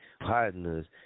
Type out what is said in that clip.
partners